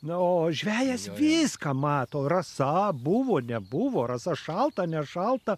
na o žvejas viską mato rasa buvo nebuvo rasa šalta nešalta